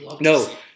No